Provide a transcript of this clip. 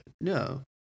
no